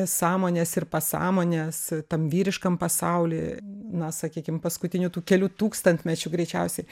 sąmonės ir pasąmonės tam vyriškam pasauly na sakykim paskutinių tų kelių tūkstantmečių greičiausiai